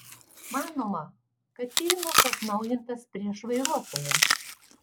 manoma kad tyrimas atnaujintas prieš vairuotoją